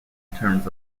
terms